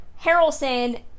harrelson